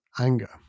anger